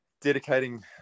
dedicating